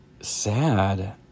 sad